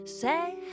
Say